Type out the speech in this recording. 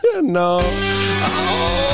No